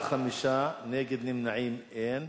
בעד, 5, נגד, נמנעים, אין.